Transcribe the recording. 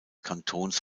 kantons